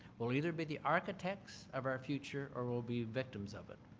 we'll either be the architects of our future or we'll be victims of it.